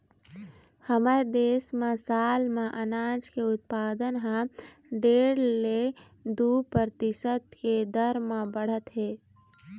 हमर देश म साल म अनाज के उत्पादन ह डेढ़ ले दू परतिसत के दर म बाढ़त हे